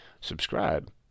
subscribe